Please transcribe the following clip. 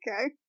okay